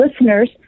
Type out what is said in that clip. listeners